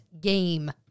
game